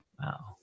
Wow